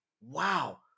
Wow